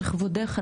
לכבודך,